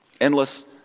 endless